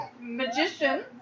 magician